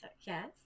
Yes